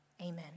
Amen